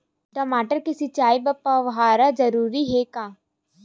टमाटर के सिंचाई बर फव्वारा जरूरी हे का?